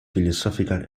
philosophical